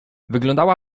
wyglądała